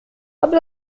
قبل